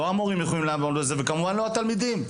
לא המורים יכולים לעמוד בזה וכמובן שלא התלמידים.